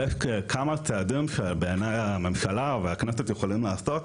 ויש כמה צעדים שבעיניי הממשלה והכנסת יכולים לעשות,